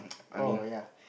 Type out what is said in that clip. oh yea